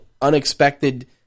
unexpected